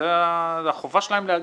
זו החובה שלהם להגיע.